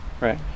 Right